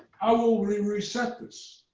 how will we reset this?